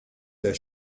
der